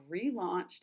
relaunched